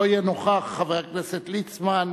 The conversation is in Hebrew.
לא יהיה, חבר הכנסת ליצמן,